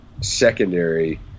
secondary